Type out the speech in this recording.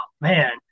man